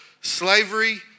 slavery